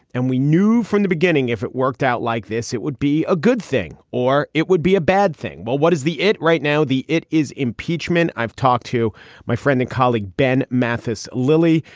and we knew from the beginning, if it worked out like this, it would be a good thing or it would be a bad thing. well, what is the it? right now, the it is impeachment. i've talked to my friend and colleague, ben mathis, lily,